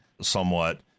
somewhat